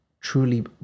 Truly